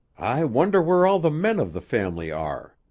i wonder where all the men of the family are?